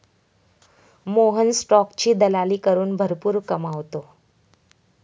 मोहन स्टॉकची दलाली करून भरपूर कमावतो